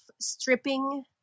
stripping